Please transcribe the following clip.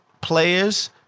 players